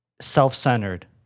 self-centered